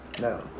No